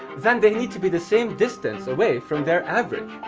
then they need to be the same distance away from their average.